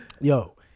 Yo